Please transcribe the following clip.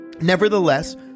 Nevertheless